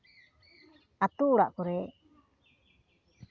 ᱟᱹᱛᱩ ᱚᱲᱟᱜ ᱠᱚᱨᱮᱫ